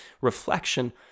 reflection